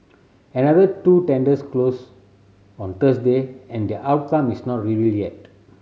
another two tenders closed on Thursday and their outcome is not revealed yet